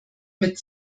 mit